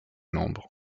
membres